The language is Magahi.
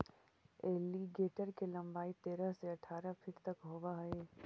एलीगेटर के लंबाई तेरह से अठारह फीट तक होवऽ हइ